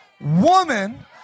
woman